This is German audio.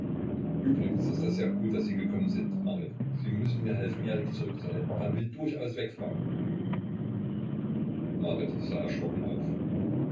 übrigens ist das sehr gut daß sie gekommen sind marit sie müssen mir helfen erik zurückzuhalten er will durchaus wegfahren marit sah erschrocken auf